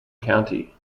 county